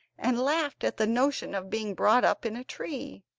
and laughed at the notion of being brought up in a tree.